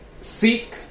Seek